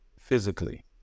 physically